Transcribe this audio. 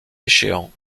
échéant